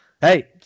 hey